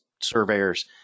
surveyors